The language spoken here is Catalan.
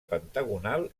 pentagonal